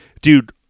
Dude